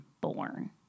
born